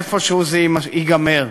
איפשהו זה ייגמר.